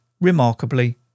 remarkably